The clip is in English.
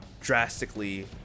drastically